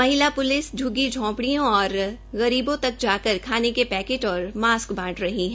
महिला प्लिस झ्ग्गी झोपडिय़ों और गरीबों तक जाकर खाने के लिए पैकट और मास्क बांट रही है